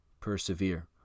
persevere